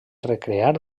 recrear